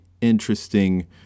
interesting